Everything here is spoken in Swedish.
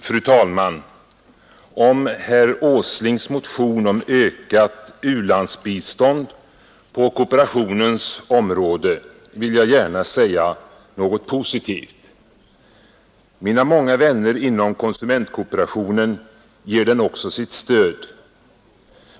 Fru talman! Om herr Åslings motion om ökat u-landsbistånd på kooperationens område vill jag gärna säga något positivt. Mina många vänner inom konsumentkooperationen ger den också sitt stöd.